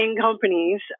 companies